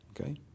Okay